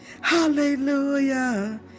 Hallelujah